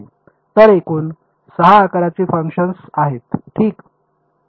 तर एकूण 6 आकारांची फंक्शन्स आहेत ठीक